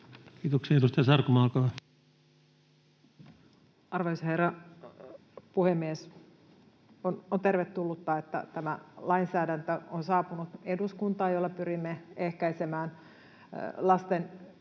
Kiitoksia. — Edustaja Sarkomaa, olkaa hyvä. Arvoisa herra puhemies! On tervetullutta, että eduskuntaan on saapunut tämä lainsäädäntö, jolla pyrimme ehkäisemään lasten